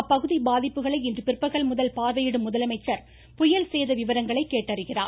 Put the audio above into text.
அப்பகுதி பாதிப்புகளை இன்று பிற்பகல் முதல் பார்வையிடும் முதலமைச்சர் புயல் சேத விவரங்களை கேட்டறிகிறார்